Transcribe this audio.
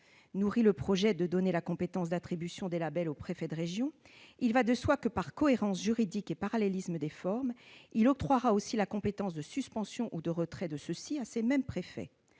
nourrit le projet de donner la compétence d'attribution des labels aux préfets de région, il va de soi que, par cohérence juridique et par parallélisme des formes, il octroiera aussi la compétence de leur suspension ou de leur retrait à ceux-ci. Or, comme c'est